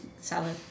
salad